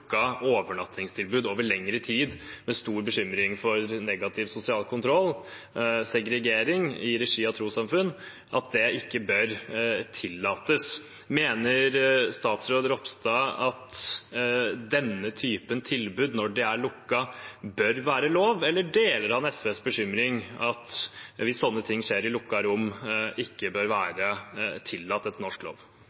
lukkede overnattingstilbud over lengre tid med stor bekymring for negativ sosial kontroll og segregering i regi av trossamfunn, mener vi det ikke bør tillates. Mener statsråd Ropstad at denne typen tilbud, når de er lukkede, bør være lov? Eller deler han SVs bekymring – at hvis sånt skjer i lukkede rom, bør det ikke